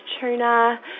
tuna